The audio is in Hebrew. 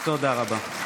תודה רבה.